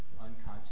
Unconscious